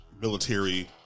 military